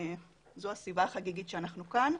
זו הסיבה החגיגית שאנחנו כאן.